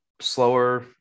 slower